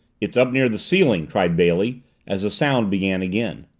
it's up near the ceiling! cried bailey as the sound began again.